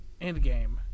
Endgame